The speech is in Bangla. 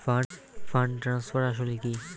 ফান্ড ট্রান্সফার আসলে কী?